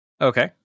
Okay